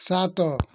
ସାତ